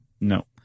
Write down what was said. No